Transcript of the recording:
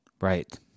Right